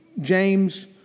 James